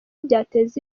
byateza